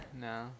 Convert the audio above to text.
No